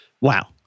Wow